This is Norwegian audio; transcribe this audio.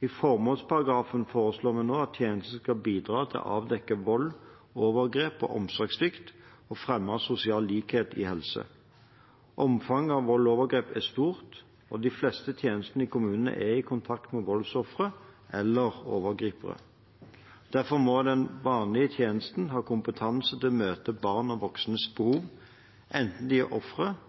I formålsparagrafen foreslår vi at tjenesten skal bidra til å avdekke vold, overgrep og omsorgssvikt og fremme sosial likhet i helse. Omfanget av vold og overgrep er stort, og de fleste tjenestene i kommunene er i kontakt med voldsofre eller overgripere. Derfor må den vanlige tjenesten ha kompetanse til å møte barns og voksnes behov, enten de er ofre